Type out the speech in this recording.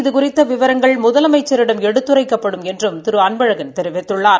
இது குறித்த விவரங்கள் முதலமைச்சரிடம் எடுத்துரைக்கப்படும் என்றும் திரு அன்பழகன் கூறினார்